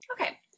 Okay